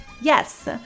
yes